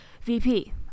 VP